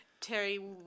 Terry